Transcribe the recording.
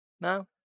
No